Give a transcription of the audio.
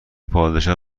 پادشاه